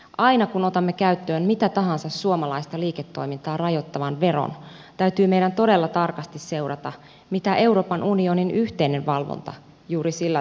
aina kun otamme käyttöön mitä tahansa suomalaista liiketoimintaa rajoittavan veron täytyy meidän todella tarkasti seurata miten euroopan unionin yhteinen valvonta juuri sillä toimialalla kehittyy